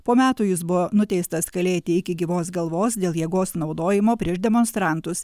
po metų jis buvo nuteistas kalėti iki gyvos galvos dėl jėgos naudojimo prieš demonstrantus